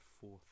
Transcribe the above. fourth